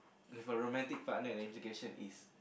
a romantic partner in implication is